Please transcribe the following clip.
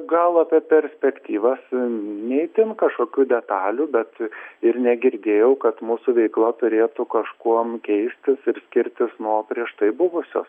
gal apie perspektyvas ne itin kažkokių detalių bet ir negirdėjau kad mūsų veikla turėtų kažkuom keistis ir skirtis nuo prieš tai buvusios